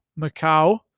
Macau